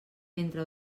entre